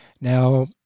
Now